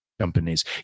companies